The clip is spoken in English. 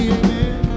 amen